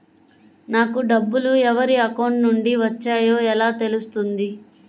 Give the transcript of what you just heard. నాకు డబ్బులు ఎవరి అకౌంట్ నుండి వచ్చాయో ఎలా తెలుస్తుంది?